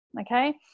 okay